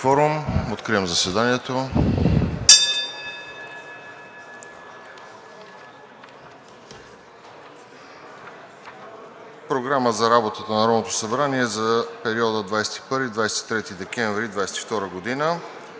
Откривам заседанието. (Звъни.) Програма за работата на Народното събрание за периода 21 –23 декември 2022 г.: „1.